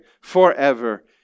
forever